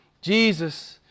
Jesus